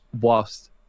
whilst